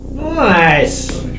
Nice